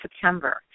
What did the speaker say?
September